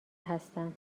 هستم